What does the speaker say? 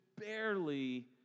barely